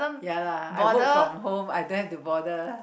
ya lah I work from home I don't have to bother uh